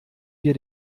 wir